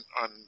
on